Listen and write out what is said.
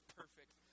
perfect